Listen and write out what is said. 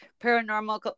paranormal